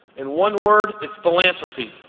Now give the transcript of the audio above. in one word, it's philanthropy.